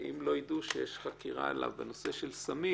אם לא ידעו שיש עליו חקירה בנושא סמים